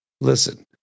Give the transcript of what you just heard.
Listen